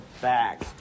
back